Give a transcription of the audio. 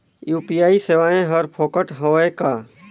UPI सेवाएं हर फोकट हवय का?